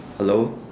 hello